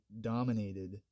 dominated